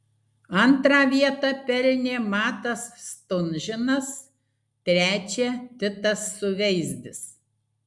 antrą vietą pelnė matas stunžinas trečią titas suveizdis